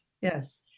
Yes